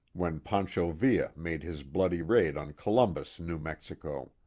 when pancho villa made his bloody raid on columbus, new mexico.